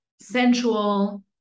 sensual